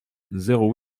zéro